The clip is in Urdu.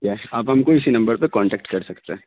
یس آپ ہم کو اسی نمبر پہ کانٹیکٹ کر سکتے ہیں